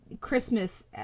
Christmas